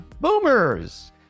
Boomers